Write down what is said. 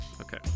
okay